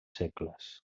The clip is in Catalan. segles